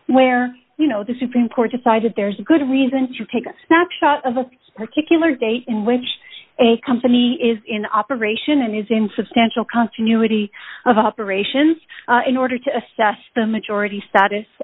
where you know the supreme court decided there's a good reason to take a snapshot of a particular date in which a company is in operation and is in substantial continuity of operations in order to assess the majority status